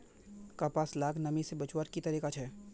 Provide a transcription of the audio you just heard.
कपास लाक नमी से बचवार की तरीका छे?